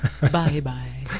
Bye-bye